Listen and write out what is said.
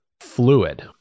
fluid